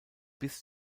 bis